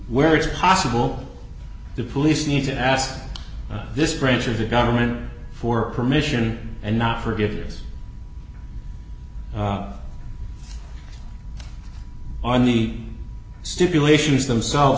where it's possible the police need to ask this branch of the government for permission and not forgive yours on the stipulations themselves